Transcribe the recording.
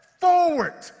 forward